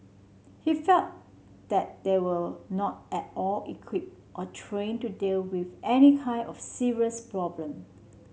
he felt that they were not at all equip or trained to dealt with any kind of serious problem